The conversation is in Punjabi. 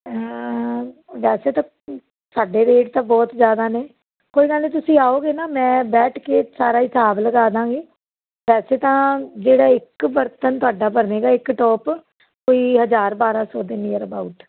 ਵੈਸੇ ਤਾਂ ਸਾਡੇ ਰੇਟ ਤਾਂ ਬਹੁਤ ਜ਼ਿਆਦਾ ਨੇ ਕੋਈ ਗੱਲ ਨਹੀਂ ਤੁਸੀਂ ਆਓਗੇ ਨਾ ਮੈਂ ਬੈਠ ਕੇ ਸਾਰਾ ਹਿਸਾਬ ਲਗਾ ਦਾਂਗੇ ਵੈਸੇ ਤਾਂ ਜਿਹੜਾ ਇੱਕ ਬਰਤਨ ਤੁਹਾਡਾ ਬਣੇਗਾ ਇੱਕ ਟੋਪ ਕੋਈ ਹਜ਼ਾਰ ਬਾਰਾਂ ਸੌ ਦੇ ਨੀਅਰ ਅਬਾਊਟ